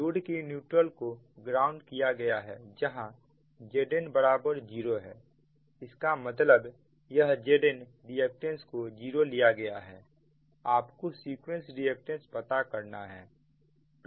load के neutral को ground किया गया है जहां Zn 0 है इसका मतलब यह Zn रिएक्टेंस को जीरो लिया गया है आपको सीक्वेंस रिएक्टेंस पता करना है